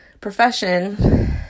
profession